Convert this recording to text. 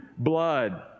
Blood